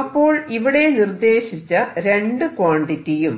അപ്പോൾ ഇവിടെ നിർദേശിച്ച രണ്ടു ക്വാണ്ടിറ്റിയും